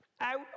Out